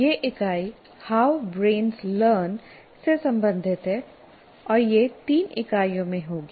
यह इकाई how brains learn से संबंधित है और यह 3 इकाइयों में होगी